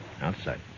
Outside